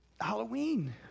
Halloween